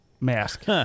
mask